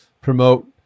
promote